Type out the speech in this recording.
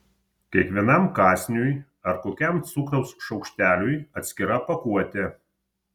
kiekvienam kąsniui ar kokiam cukraus šaukšteliui atskira pakuotė